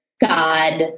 God